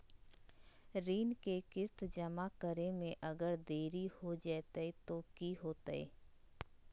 ऋण के किस्त जमा करे में अगर देरी हो जैतै तो कि होतैय?